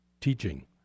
teaching